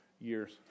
years